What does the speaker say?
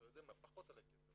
אתה יודע מה, פחות על הכסף.